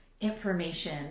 information